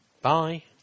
Bye